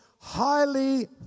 highly